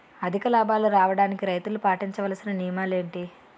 అధిక లాభాలు రావడానికి రైతులు పాటించవలిసిన నియమాలు ఏంటి